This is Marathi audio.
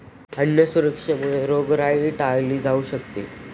अन्न सुरक्षेमुळे रोगराई टाळली जाऊ शकते